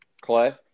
Clay